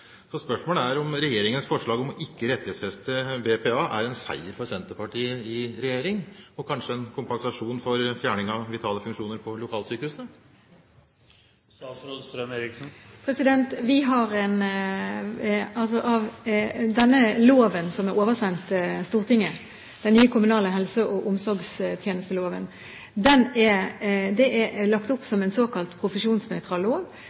Så spørsmålet er om regjeringens forslag om ikke å rettighetsfeste BPA er en seier for Senterpartiet i regjering, og kanskje en kompensasjon for fjerning av vitale funksjoner på lokalsykehusene? Den nye kommunale helse- og omsorgstjenesteloven, som er oversendt Stortinget, er lagt opp som en såkalt profesjonsnøytral lov. Det er veldig få plikter som kommunene skal ha på egen hånd – det